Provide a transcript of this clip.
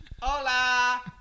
Hola